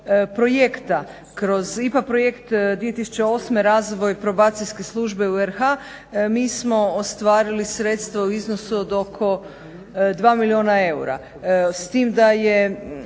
projekta. Kroz IPA projekt 2008. razvoj probacijske službe u RH mi smo ostvarili sredstva u iznosu od oko 2 milijuna eura,